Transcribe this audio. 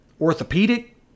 orthopedic